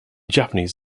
japanese